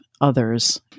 others